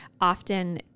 often